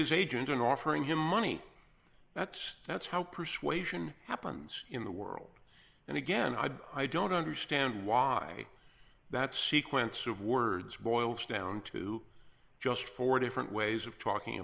his agent and offering him money that's that's how persuasion happens in the world and again i don't i don't understand why that sequence of words boils down to just four different ways of talking